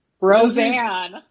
Roseanne